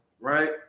right